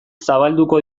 zabalduko